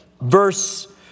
verse